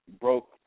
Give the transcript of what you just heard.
broke